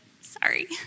Sorry